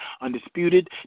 undisputed